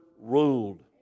ruled